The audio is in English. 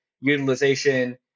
utilization